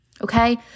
okay